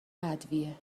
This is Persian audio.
ادویه